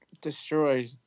destroyed